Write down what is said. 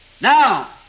Now